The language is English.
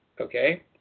okay